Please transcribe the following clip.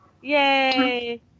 Yay